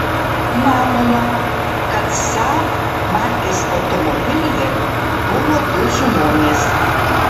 manoma kad saab markės automobilyje buvo du žmonės